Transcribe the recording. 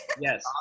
Yes